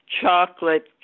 Chocolate